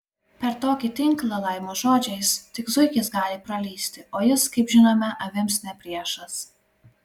per tokį tinklą laimo žodžiais tik zuikis gali pralįsti o jis kaip žinome avims ne priešas